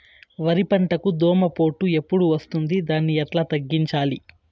వరి పంటకు దోమపోటు ఎప్పుడు వస్తుంది దాన్ని ఎట్లా తగ్గించాలి?